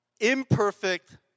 Imperfect